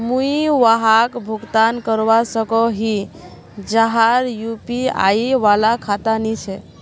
मुई वहाक भुगतान करवा सकोहो ही जहार यु.पी.आई वाला खाता नी छे?